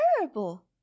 terrible